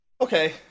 Okay